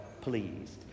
pleased